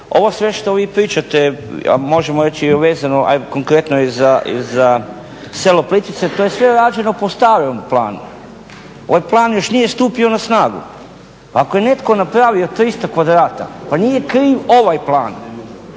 Ovo sve što vi pričate, a možemo reći je vezano, a konkretno i za selo Plitvice, to je sve rađeno po starom planu, ovaj plan još nije stupio na snagu. Ako je netko napravio 300 kvadrata pa nije kriv ovaj plan,